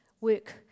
work